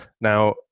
Now